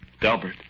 Delbert